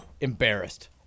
Embarrassed